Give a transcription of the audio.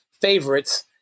favorites